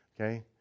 Okay